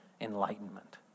enlightenment